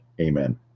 Amen